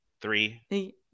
Three